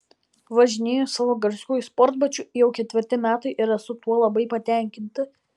važinėju savo garsiuoju sportbačiu jau ketvirti metai ir esu tuo labai patenkinta